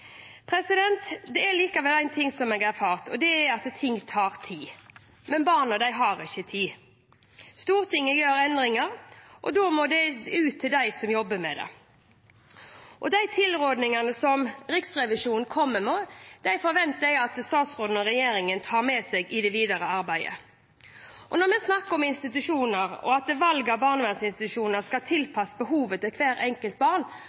Det er likevel noe jeg har erfart, og det er at ting tar tid – men barna har ikke tid. Stortinget gjør endringer, og da må det ut til dem som jobber med det. De tilrådingene som Riksrevisjonen kommer med, forventer jeg at statsråden og regjeringen tar med seg i det videre arbeidet. Når vi snakker om institusjoner, og at valget av barnevernsinstitusjon skal tilpasses hvert enkelt